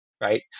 right